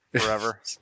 forever